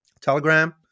Telegram